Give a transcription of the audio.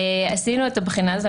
עשינו את הבחינה הזאת,